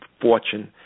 fortune